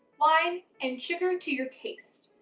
wine, and sugar to your taste.